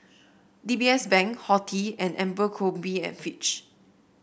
D B S Bank Horti and Abercrombie and Fitch